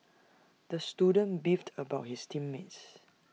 the student beefed about his team mates